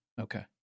Okay